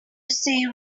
save